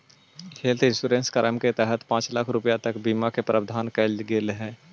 health insurance कार्यक्रम के तहत पांच लाख रुपया तक के बीमा के प्रावधान कैल गेल हइ